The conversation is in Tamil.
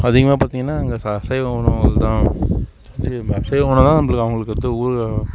அதிகமாக பார்த்தீங்கன்னா அங்கே ச அசைவ உணவுகள்தான் அது அசைவ உணவுன்னா நம்மளுக்கு அவங்களுக்கு வந்து ஊறுகாய்